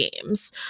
games